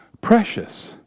precious